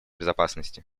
безопасности